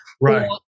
right